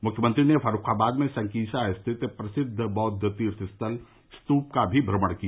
मुख्यमंत्री ने फर्रूखाबाद में संकिसा स्थित प्रसिद्द बौद्व तीर्थ स्थल स्तूप का भी भ्रमण किया